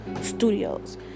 studios